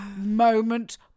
moment